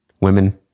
women